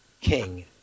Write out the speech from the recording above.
king